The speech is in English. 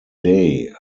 day